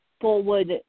forward